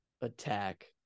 attack